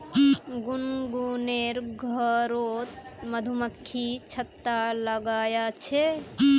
गुनगुनेर घरोत मधुमक्खी छत्ता लगाया छे